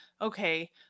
okay